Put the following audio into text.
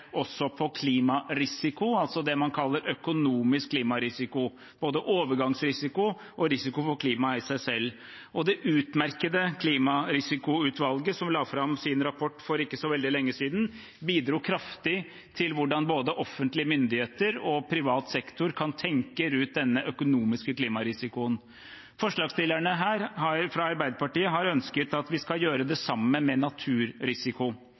på klimarisiko – det man kaller økonomisk klimarisiko – både overgangsrisiko og risiko for klimaet i seg selv. Det utmerkede Klimarisikoutvalget, som la fram sin rapport for ikke så veldig lenge siden, bidro kraftig til hvordan både offentlige myndigheter og privat sektor kan tenke rundt denne økonomiske klimarisikoen. Forslagsstillerne fra Arbeiderpartiet har ønsket at vi skal gjøre det samme med naturrisiko.